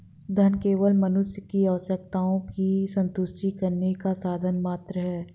धन केवल मनुष्य की आवश्यकताओं की संतुष्टि करने का साधन मात्र है